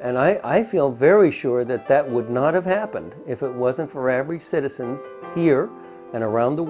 and i feel very sure that that would not have happened if it wasn't for every citizen here and around the